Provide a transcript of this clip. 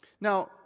Now